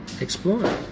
explore